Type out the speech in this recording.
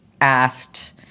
asked